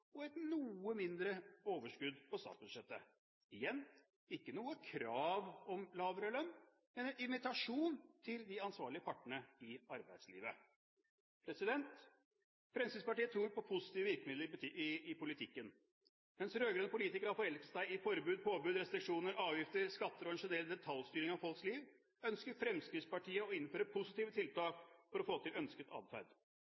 og et noe mindre overskudd på statsbudsjettet – igjen: ikke noe krav om lavere lønn, men en invitasjon til de ansvarlige partene i arbeidslivet. Fremskrittspartiet tror på positive virkemidler i politikken. Mens rød-grønne politikere har forelsket seg i forbud, påbud, restriksjoner, avgifter, skatter og ønsker mer detaljstyring av folks liv, ønsker Fremskrittspartiet å innføre positive